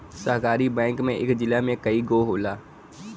सहकारी बैंक इक जिला में कई गो होला